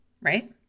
right